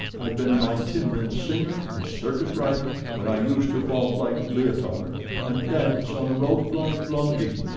i've been an itinerant singer, a circus-rider, when i used to vault like leotard, and dance on a rope like blondin.